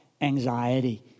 anxiety